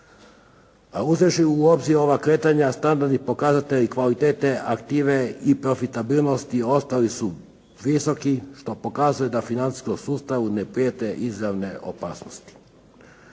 Uzevši u obzir ova kretanja standardni pokazatelji kvalitete, aktive i profitabilnosti ostali su visoki što pokazuje da financijskom sustavu ne prijete izravne opasnosti,